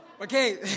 Okay